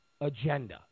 agenda